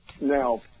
now